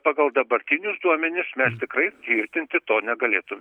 pagal dabartinius duomenis mes tikrai tvirtinti to negalėtume